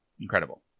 Incredible